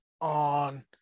on